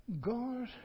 God